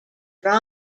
dry